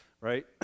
right